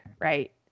Right